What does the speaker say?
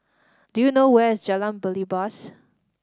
do you know where is Jalan Belibas